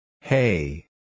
Hey